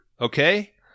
Okay